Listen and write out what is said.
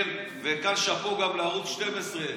וכאן שאפו גם לערוץ 12,